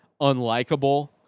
unlikable